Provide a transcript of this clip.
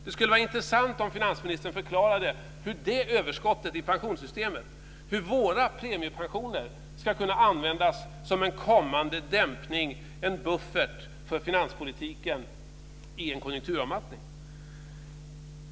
Det skulle vara intressant om finansministern kunde förklara hur det överskottet i pensionssystemet och våra premiepensioner ska kunna användas som en kommande dämpning och buffert för finanspolitiken i en konjunkturavmattning.